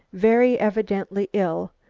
very evidently ill,